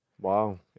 Wow